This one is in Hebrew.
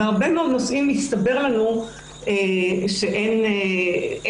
בהרבה מאוד נושאים הסתבר לנו שאין בסיס